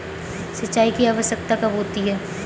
सिंचाई की आवश्यकता कब होती है?